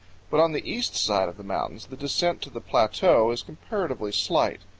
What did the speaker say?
but on the east side of the mountains the descent to the plateau is comparatively slight.